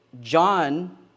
John